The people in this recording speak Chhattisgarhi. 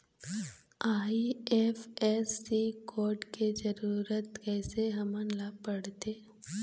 आई.एफ.एस.सी कोड के जरूरत कैसे हमन ला पड़थे?